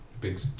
big